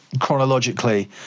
chronologically